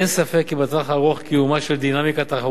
אין ספק כי בטווח הארוך קיומה של דינמיקה תחרותית